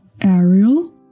Ariel